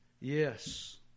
Yes